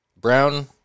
Brown